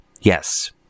Yes